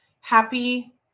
Happy